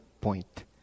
point